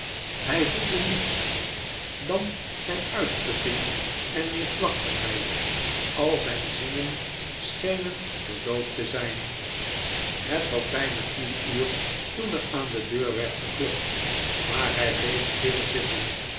hij voelde niets dan zijn uitputting en neerslachtigheid al zijn zinnen schenen verdoofd te zijn het was bijna tien uur toen er aan de deur werd geklopt maar hij bleef